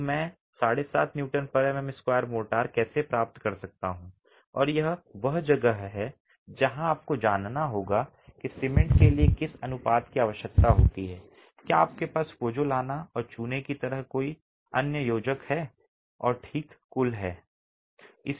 तो मैं 75 N MM 2 mortar कैसे प्राप्त कर सकता हूं और यह वह जगह है जहां आपको जानना होगा सीमेंट के लिए किस अनुपात की आवश्यकता होती है क्या आपके पास पोज़ोलाना और चूने की तरह कोई अन्य योजक है और ठीक कुल है